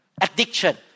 addiction